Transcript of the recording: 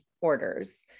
orders